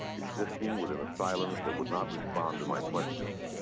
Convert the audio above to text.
existing within a silence that would not respond to my questions.